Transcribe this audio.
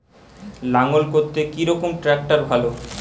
লাঙ্গল করতে কি রকম ট্রাকটার ভালো?